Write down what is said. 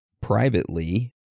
privately